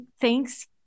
thanks